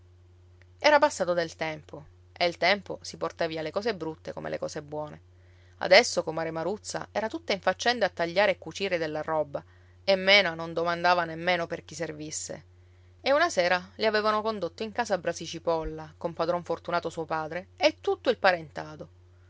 era passato del tempo e il tempo si porta via le cose brutte come le cose buone adesso comare maruzza era tutta in faccende a tagliare e cucire della roba e mena non domandava nemmeno per chi servisse e una sera le avevano condotto in casa brasi cipolla con padron fortunato suo padre e tutto il parentado